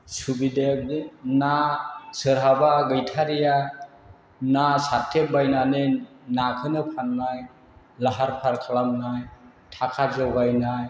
सुबिदाया ना सोरहाबा गैथारैया ना सारथेबायनानै नाखौनो फाननाय लाहार फाहार खालामनाय थाखा जगायनाय